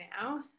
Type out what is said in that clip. now